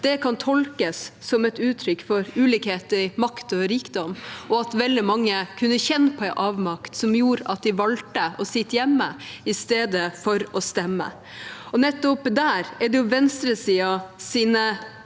Det kan tolkes som et uttrykk for ulikhet i makt og rikdom og at veldig mange kunne kjenne på en avmakt som gjorde at de valgte å sitte hjemme i stedet for å stemme. Nettopp der er det venstresidens